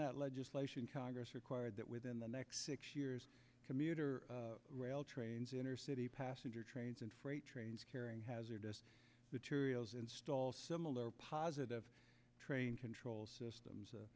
that legislation congress required that within the next six years commuter rail trains inner city passenger trains and freight trains carrying hazardous serials install similar positive train control